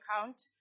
account